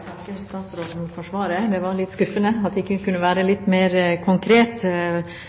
takker statsråden for svaret. Det var litt skuffende at hun ikke kunne være litt mer konkret,